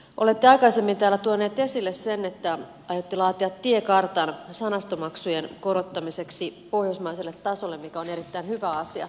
olette aikaisemmin täällä tuoneet esille sen että aiotte laatia tiekartan sanasto maksujen korottamiseksi pohjoismaiselle tasolle mikä on erittäin hyvä asia